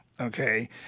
okay